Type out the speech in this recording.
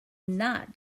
not